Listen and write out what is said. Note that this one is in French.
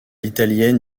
italienne